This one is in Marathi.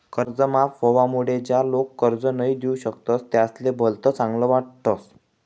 कर्ज माफ व्हवामुळे ज्या लोक कर्ज नई दिऊ शकतस त्यासले भलत चांगल वाटस